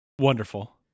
wonderful